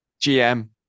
gm